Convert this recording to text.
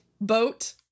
boat